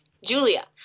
Julia